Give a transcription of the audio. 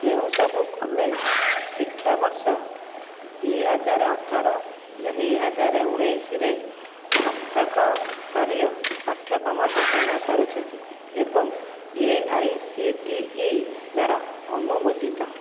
କେଉଁ ସବୁ କଲେଜ ଶିକ୍ଷାବର୍ଷ ଦୁଇ ହଜାର ଅଠର ଦୁଇ ହଜାର ଉଣେଇଶି ରେ ସ୍ନାତକ ସ୍ତରୀୟ ପାଠ୍ୟକ୍ରମ ପ୍ରଦାନ କରୁଛନ୍ତି ଏବଂ A I C T E ଦ୍ୱାରା ଅନୁମୋଦିତ